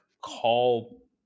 call